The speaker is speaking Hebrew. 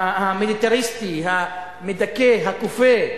המיליטריסטי, המדכא, הכופה.